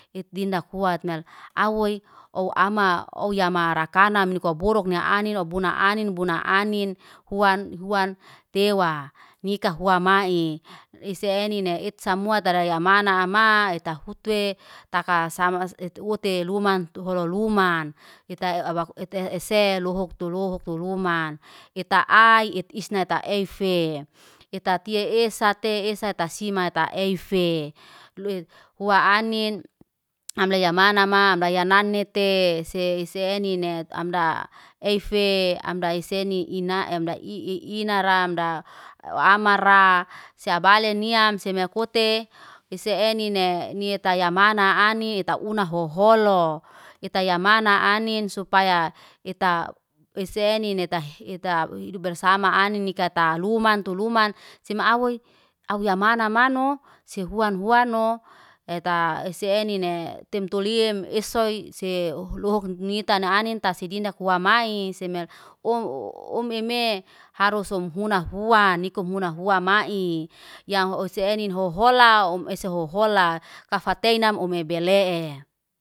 Et dindak fuat nel, awoy ow ama oyama rakana nika borok ni anin no buna anin. Buna anin huan huan tewa, nika huamai. Lisenine it smua tara tamana ama, eta futu e, taka sama ute luman to holo luman. Ita ese luhuk tu luhuk tu luman. Ita ai isnata eife, ita tiye ese te esa tasima ta taeife. Loy hua anin amle yaman ma amlay layanete, se se enine amda eife amda isene ina amda ii inara amda amara seabaleniam seamekote ise enine nit taya mana ani ita huna hoholo, ita yamana anin supaya ita wesenine ita ita hidup bersama anin nika ta luman tu luman, sema auwoy au yamana mano sehuan huanno. Eta esenine temtoliem esoy se lohok nita na anin tasedindak wamay semer om omeme harus hum huna huan nikumuna huan wa mai. Ya senin hoho lao, um ese hohola kafateima kafabele e.